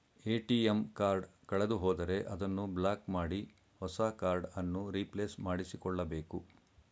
ATM card ಕಳೆದುಹೋದರೆ ಅದನ್ನು block ಮಾಡಿ ಹೊಸ ಕಾರ್ಡ್ ಅನ್ನು ರಿಪ್ಲೇಸ್ ಮಾಡಿಸಿಕೊಳ್ಳಬೇಕು